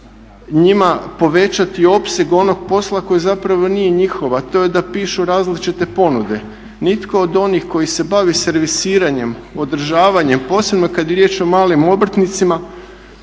njima povećati opseg onog posla koji zapravo nije njihov a to je da pišu različite ponude. Nitko od onih koji se bavi servisiranjem, održavanjem posebno kad je riječ o malim obrtnicima